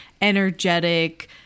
energetic